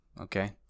Okay